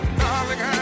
darling